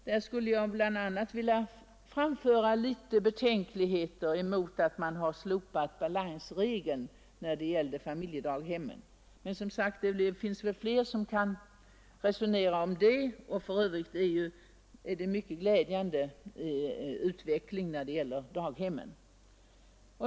Där skulle jag bl.a. vilja framföra vissa betänkligheter mot att man har slopat balansregeln när det gäller familjedaghemmen. Men, som sagt, det finns väl flera som kan resonera om det, och för övrigt har det skett en mycket glädjande utveckling i fråga om daghemmen.